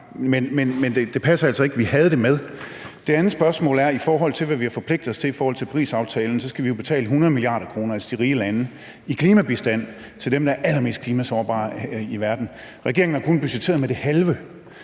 men det passer altså ikke, for vi havde taget det med. Mit andet spørgsmål handler om, at vi, i forhold til hvad vi har forpligtet os til i Parisaftalen, jo skal betale 100 mia. kr., altså de rige lande, i klimabistand til dem, der er allermest klimasårbare i verden. Regeringen har kun budgetteret med det halve.